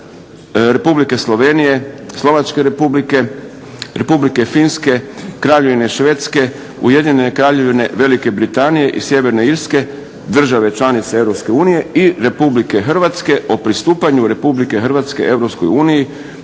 Republike Slovenije, Slovačke Republike, Republike Finske, Kraljevine Švedske, Ujedinjene Kraljevine Velike Britanije i Sjeverne Irske/Države članice Europske unije/ i Republike Hrvatske o pristupanju Republike Hrvatske